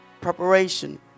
preparation